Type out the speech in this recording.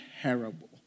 terrible